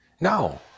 No